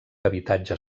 habitatge